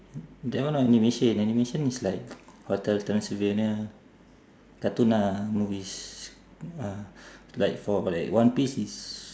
that one not animation animation is like hotel transylvania cartoon lah movies ah like for correct one piece is